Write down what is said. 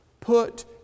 Put